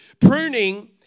Pruning